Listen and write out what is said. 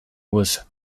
was